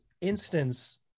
instance